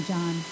John